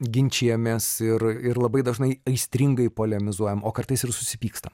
ginčijamės ir ir labai dažnai aistringai polemizuojam o kartais ir susipyksta